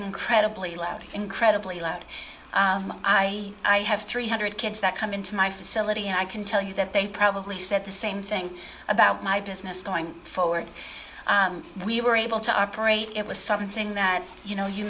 incredibly loud incredibly loud i have three hundred kids that come into my facility and i can tell you that they probably said the same thing about my business going forward we were able to operate it was something that you know you